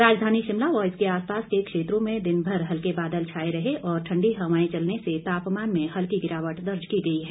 राजधानी शिमला व इसके आसपास के क्षेत्रों में दिनभर हल्के बादल छाए रहे और ठण्डी हवाएं चलने से तापमान में हल्की गिरावट दर्ज की गई है